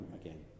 again